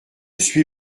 suis